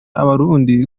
abarundi